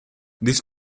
this